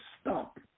stop